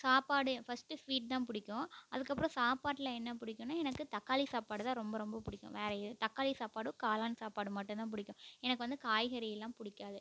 சாப்பாடு first sweet தான் பிடிக்கும் அதுக்கப்புறம் சாப்பாட்டில் என்ன பிடிக்கும்னா எனக்கு தக்காளி சாப்பாடு தான் ரொம்ப ரொம்ப பிடிக்கும் வேறு தக்காளி சாப்பாடும் காளான் சாப்பாடு மட்டும்தான் பிடிக்கும் எனக்கு வந்து காய்கறியெலாம் பிடிக்காது